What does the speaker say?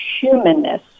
humanness